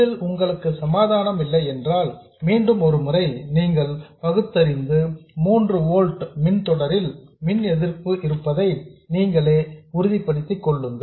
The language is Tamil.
இதில் உங்களுக்கு சமாதானம் இல்லையென்றால் மீண்டும் ஒரு முறை நீங்கள் பகுத்தறிந்து 3 ஓல்ட்ஸ் மின் தொடரில் மின் எதிர்ப்பு இருப்பதை நீங்களே உறுதிப்படுத்திக் கொள்ளுங்கள்